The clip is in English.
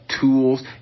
Tools